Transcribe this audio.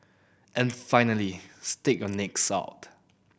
and finally stick your necks out